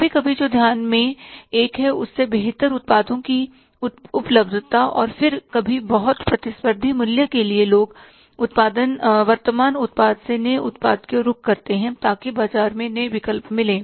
कभी कभी जो ध्यान में एक है उस से बेहतर उत्पादों की उपलब्धता और फिर कभी बहुत प्रतिस्पर्धी मूल्य के लिए लोग वर्तमान उत्पाद से नए उत्पाद की ओर रुख करते हैं ताकि बाजार में नए विकल्प मिलें